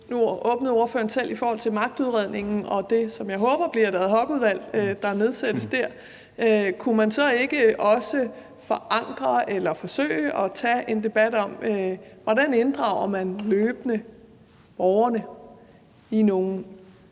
Nu åbnede ordføreren selv diskussionen i forhold til magtudredningen og det, som jeg håber bliver et ad hoc-udvalg, der nedsættes dér. Kunne man så ikke også forsøge at tage en debat om, hvordan man løbende inddrager